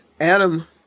Adam